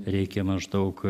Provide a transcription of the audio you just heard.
reikia maždaug